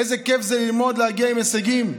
איזה כיף זה ללמוד ולהגיע להישגים.